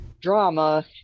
drama